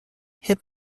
hip